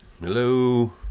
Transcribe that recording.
Hello